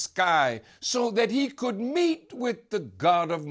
sky so that he could meet with the god of